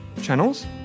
channels